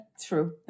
True